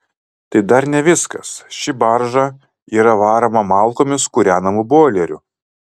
tai dar ne viskas ši barža yra varoma malkomis kūrenamu boileriu